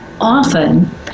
often